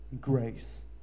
grace